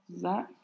Zach